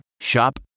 Shop